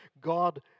God